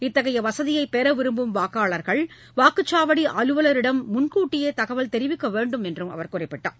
இத்தகைய வசதியை பெற விரும்பும் வாக்காளர்கள் வாக்குச்சாவடி அலுவலரிடம் முன்கூட்டியே தகவல் தெரிவிக்க வேண்டும் என்றும் அவர் குறிப்பிட்டார்